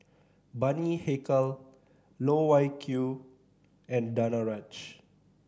Bani Haykal Loh Wai Kiew and Danaraj